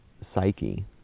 psyche